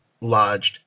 lodged